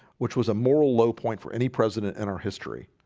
which was a moral low point for any president in our history